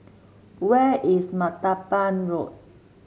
where is Martaban Road